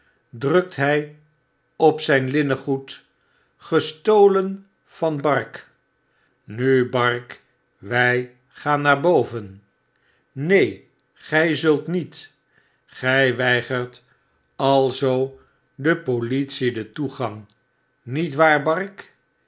drukt hy op zyn linnengoed gestolen van bark nu bark wy gaan naar boven neen gy zult niet gij weigert alzoo de politie den toegang niet waar